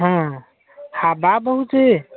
ହଁ ହଁ ହା ଭାବୁଛି